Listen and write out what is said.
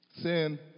Sin